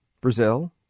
Brazil